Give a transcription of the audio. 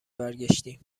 برگشتی